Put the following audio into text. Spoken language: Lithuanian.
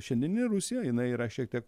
šiandieninė rusija jinai yra šiek tiek